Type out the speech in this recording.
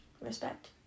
Respect